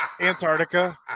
Antarctica